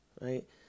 right